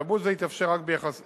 שעבוד זה יתאפשר רק ביחס